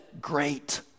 Great